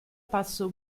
passo